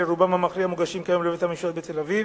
רובם המכריע מוגשים כיום לבית-המשפט בתל-אביב.